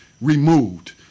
removed